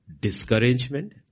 discouragement